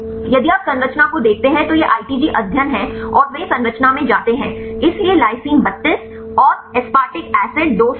यदि आप संरचना को देखते हैं तो यह आईटीजी अध्ययन है और वे संरचना में जाते हैं इसलिए लाइसिन 32 और एस्पेरिक एसिड 238